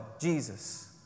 Jesus